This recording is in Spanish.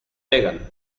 pegan